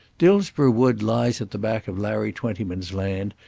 dillsborough wood lies at the back of larry twentyman's land,